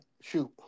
shoot